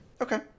Okay